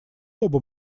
оба